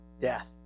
death